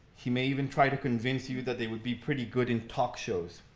he may even try to convince you that they would be pretty good in talk shows.